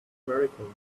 american